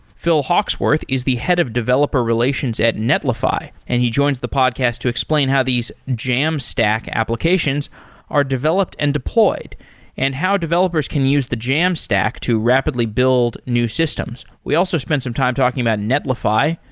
phil hawksworth is the head of developer relations at netlify and he joins the podcast to explain how these jamstack applications are developed and deployed and how developers can use the jamstack to rapidly build new systems. we also spent some time talking about netlify,